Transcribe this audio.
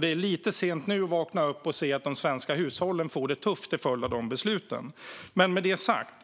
Det är lite sent att nu vakna upp och se att de svenska hushållen får det tufft till följd av de besluten. Men med det sagt: